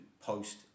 post